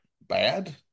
bad